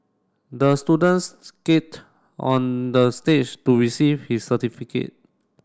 the students skate on the stage to receive his certificate